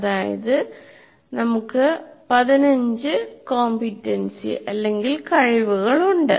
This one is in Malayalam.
അതായത് നമുക്ക് പറയാം നമുക്ക് 15 കഴിവുകളുണ്ട്